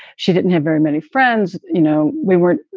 she didn't have very many friends. you know, we weren't.